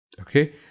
Okay